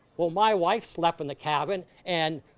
well, my wife slept in the cabin and